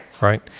right